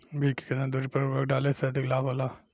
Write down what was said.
बीज के केतना दूरी पर उर्वरक डाले से अधिक लाभ होला?